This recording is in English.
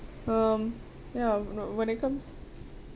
um ya you know when it comes